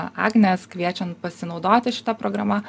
agnės kviečiant pasinaudoti šita programa